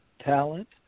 talent